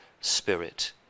spirit